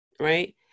right